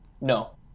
no